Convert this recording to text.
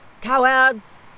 cowards